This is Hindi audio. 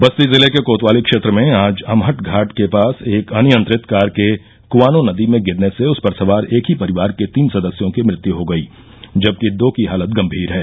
बस्ती जिले के कोतवाली क्षेत्र में आज अमहट घाट के पास एक अनियत्रित कार के क्आनों नदी में गिरने से उसपर सवार एक ही परिवार के तीन सदस्यों की मृत्यु हो गई जबकि दो की हालत गम्भीर है